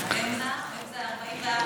אתם זה העם.